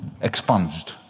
Expunged